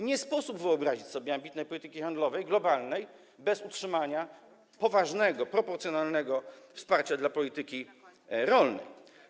Nie sposób wyobrazić sobie ambitnej globalnej polityki handlowej bez utrzymania poważnego proporcjonalnego wsparcia dla polityki rolnej.